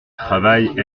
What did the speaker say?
travail